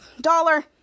dollar